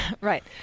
Right